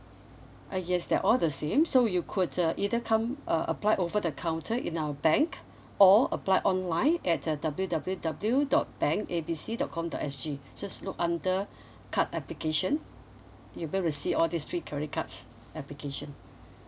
uh yes they're all the same so you could uh either come uh apply over the counter in our bank or apply online at uh W W W dot bank A B C dot com dot S G just look under card application you be able to see all these credit cards application